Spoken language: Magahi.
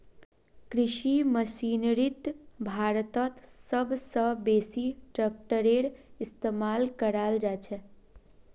कृषि मशीनरीत भारतत सब स बेसी ट्रेक्टरेर इस्तेमाल कराल जाछेक